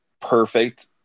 perfect